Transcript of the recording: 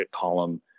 column